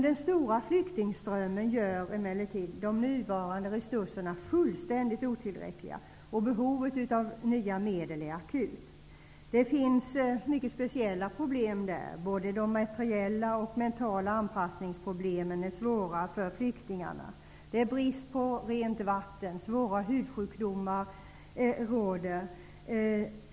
Den stora flyktingströmmen gör emellertid de nuvarande resurserna fullständigt otillräckliga, och behovet av nya medel är akut. Det finns mycket speciella problem där. Både de materiella och de mentala anpassningsproblemen är svåra för flyktingarna. Det är brist på rent vatten. Svåra hudsjukdomar härjar.